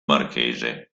marchese